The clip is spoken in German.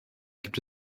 gibt